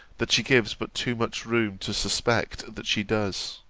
that she gives but too much room to suspect that she does.